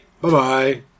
Bye-bye